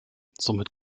somit